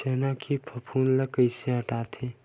चना के फफूंद ल कइसे हटाथे?